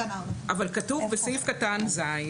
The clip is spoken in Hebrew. כתוב בסעיף קטן (ז)